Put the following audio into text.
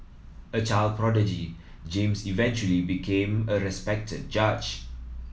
a child prodigy James eventually became a respected judge